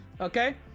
okay